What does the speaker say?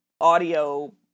audio